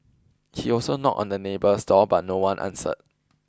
he also knocked on the neighbour's door but no one answered